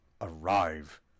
arrive